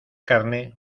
carne